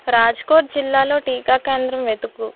రాజ్కోట్ జిల్లాలో టీకా కేంద్రం వెతుకుము